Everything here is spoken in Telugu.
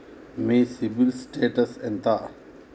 మీ సిబిల్ స్టేటస్ ఎంత?